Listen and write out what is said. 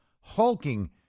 hulking